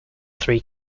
three